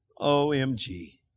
OMG